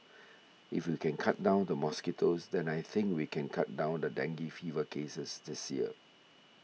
if we can cut down the mosquitoes then I think we can cut down the dengue fever cases this year